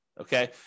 okay